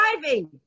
driving